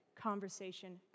conversation